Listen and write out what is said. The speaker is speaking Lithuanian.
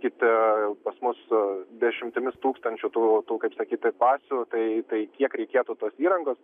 kita pas mus dešimtimis tūkstančių tų tų kaip sakyti klasių tai tai kiek reikėtų tos įrangos